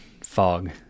fog